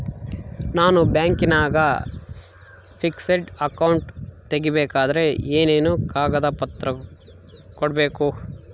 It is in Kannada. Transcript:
ನಾನು ಬ್ಯಾಂಕಿನಾಗ ಫಿಕ್ಸೆಡ್ ಅಕೌಂಟ್ ತೆರಿಬೇಕಾದರೆ ಏನೇನು ಕಾಗದ ಪತ್ರ ಕೊಡ್ಬೇಕು?